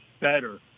better